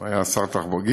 הוא היה שר תחבורה.